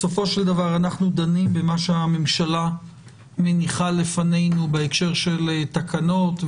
בסופו של דבר אנחנו דנים במה שהממשלה מניחה לפנינו בהקשר של תקנות,